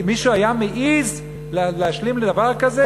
האם מישהו היה מעז להשלים עם דבר כזה?